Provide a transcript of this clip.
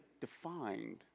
defined